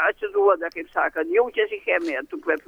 atsiduoda kaip sakant jaučiasi chemija tų kvepių